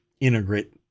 integrate